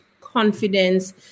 confidence